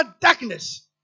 darkness